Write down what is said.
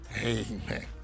Amen